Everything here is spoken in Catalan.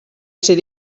ser